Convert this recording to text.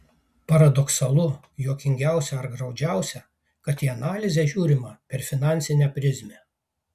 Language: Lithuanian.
paradoksalu juokingiausia ar graudžiausia kad į analizę žiūrima per finansinę prizmę